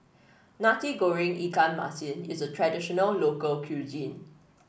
Nasi Goreng Ikan Masin is a traditional local cuisine